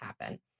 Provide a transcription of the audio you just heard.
happen